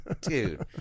Dude